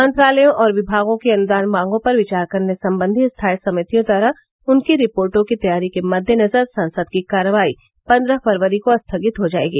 मंत्रालयों और विभागों की अनुदान मांगों पर विचार करने संबंधी स्थायी समितियों द्वारा उनकी रिर्पोटों की तैयारी के मद्देनजर संसद की कार्यवाई पन्द्रह फरवरी को स्थगित हो जायेगी